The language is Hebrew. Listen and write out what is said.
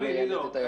עידו,